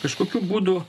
kažkokiu būdu